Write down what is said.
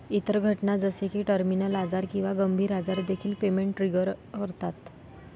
इतर घटना जसे की टर्मिनल आजार किंवा गंभीर आजार देखील पेमेंट ट्रिगर करतात